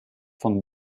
von